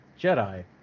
Jedi